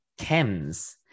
chems